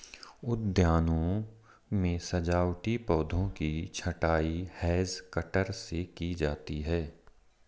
उद्यानों में सजावटी पौधों की छँटाई हैज कटर से की जाती है